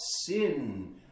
sin